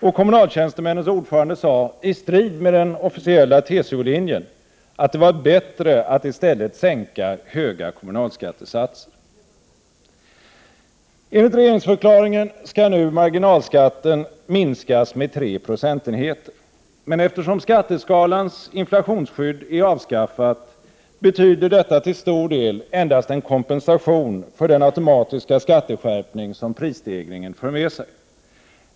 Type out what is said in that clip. Och kommunaltjänstemännens ordförande sade — i strid med den officiella TCO linjen — att det var bättre att i stället sänka höga kommunalskattesatser. Enligt regeringsförklaringen skall nu marginalskatten minskas med tre procentenheter. Men eftersom skatteskalans inflationsskydd är avskaffat, betyder detta till stor del endast en kompensation för den automatiska skatteskärpning som prisstegringen för med sig.